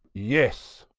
yes,